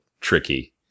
tricky